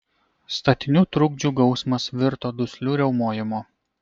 statinių trukdžių gausmas virto dusliu riaumojimu